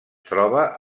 troba